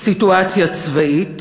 סיטואציה צבאית